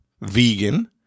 vegan